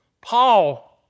Paul